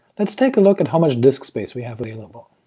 let's take a look at how much disk space we have available.